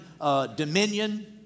dominion